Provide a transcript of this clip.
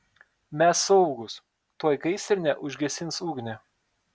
mes saugūs tuoj gaisrinė užgesins ugnį